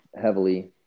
heavily